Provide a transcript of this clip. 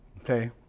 okay